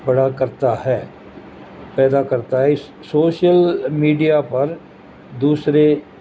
بڑا کرتا ہے پیدا کرتا ہے اس سوشل میڈیا پر دوسرے